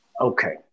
Okay